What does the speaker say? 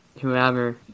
whoever